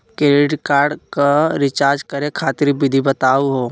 Credit card क recharge करै खातिर विधि बताहु हो?